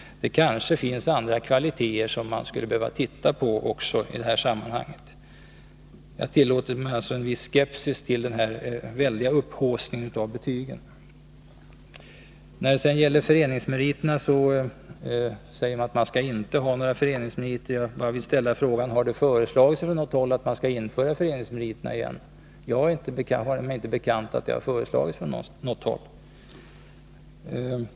Det kanske finns andra kvaliteter som man också skulle behöva titta på i det här sammanhanget. Jag tillåter mig alltså att uttrycka en viss skepsis mot den väldiga upphaussningen av betygen. Vidare säger man att det inte skall vara några föreningsmeriter. Men jag vill då fråga: Har det föreslagits från något håll att föreningsmeriterna skall införas igen? Det är mig inte bekant att något sådant har föreslagits från något håll.